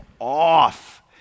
off